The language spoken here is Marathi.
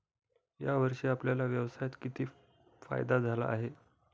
या वर्षी आपल्याला व्यवसायात किती फायदा झाला आहे?